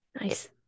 Nice